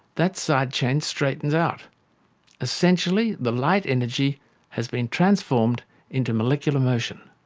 that side chain straightens out essentially, the light energy has been transformed into molecular motion.